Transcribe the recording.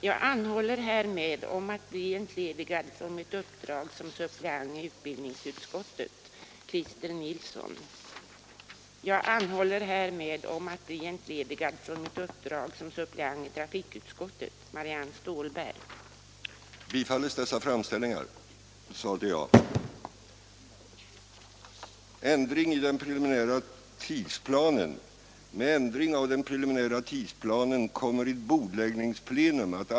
Jag anhåller härmed om att bli entledigad från mitt uppdrag som suppleant i utbildningsutskottet. 1977.02.25 Jag anhåller härmed om att bli entledigad från mitt uppdrag som suppleant i trafikutskottet. 1977.02.25